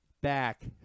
back